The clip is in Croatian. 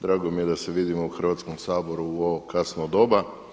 Drago mi je da se vidimo u Hrvatskom saboru u ovo kasno doba.